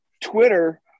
Twitter